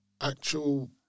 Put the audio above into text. actual